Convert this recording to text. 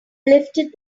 lifted